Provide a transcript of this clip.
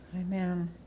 Amen